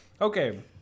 Okay